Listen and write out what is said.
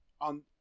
on